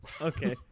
Okay